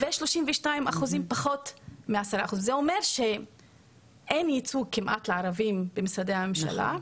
וב- 32% פחות מ- 10%. זה אומר שאין ייצוג כמעט לערבים במשרדי הממשלה,